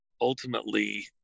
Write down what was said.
ultimately